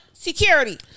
Security